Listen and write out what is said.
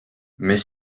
mais